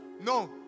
No